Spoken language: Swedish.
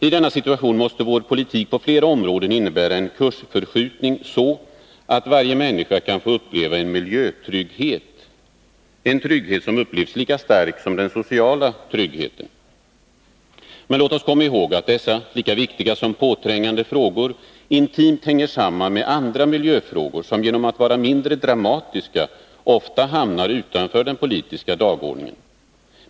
I denna situation måste vår politik på flera områden innebära en kursförskjutning, så att varje människa kan få uppleva en miljötrygghet, en trygghet som upplevs lika stark som den sociala tryggheten. Men låt oss komma ihåg att dessa lika viktiga som påträngande frågor intimt hänger samman med andra miljöfrågor, som genom att vara mindre dramatiska ofta hamnar utanför den politiska dagordningen.